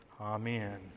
Amen